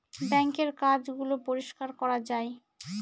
বাঙ্কের কাজ গুলো পরিষ্কার করা যায়